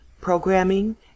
programming